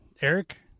Eric